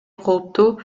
кооптуу